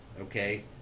okay